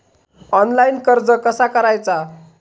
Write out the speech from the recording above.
Online कर्ज कसा करायचा?